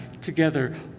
together